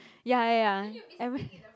ya ya eve~